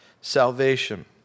salvation